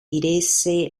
diresse